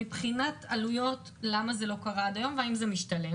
מבחינת עלויות למה זה לא קרה עד היום והאם זה משתלם?